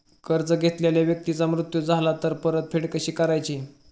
कर्ज घेतलेल्या व्यक्तीचा मृत्यू झाला तर परतफेड कशी करायची?